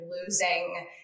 losing